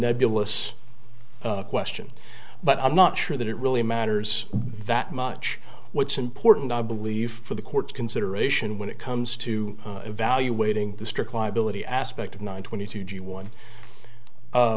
nebulous question but i'm not sure that it really matters that much what's important i believe for the court consideration when it comes to evaluating the strict liability aspect of nine twenty two g one